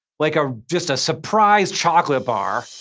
like a, just a surprise chocolate bar.